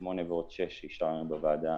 8 ועוד 6 שאישרנו בוועדה